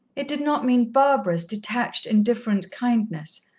it did not mean barbara's detached, indifferent kindness,